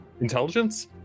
Intelligence